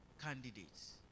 candidates